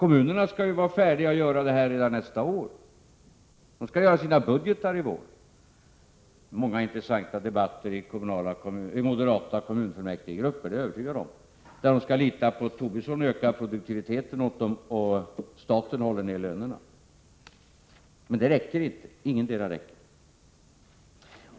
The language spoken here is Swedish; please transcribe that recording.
Kommunerna skall ju vara färdiga att göra detta redan nästa år. De skall göra upp sina budgetar i vår. Jag är övertygad om att det kommer att bli många intressanta debatter i moderata kommunfullmäktigegrupper. De skall lita på Tobisson och öka produktiviteten, och staten håller nere lönerna. Men det räcker inte.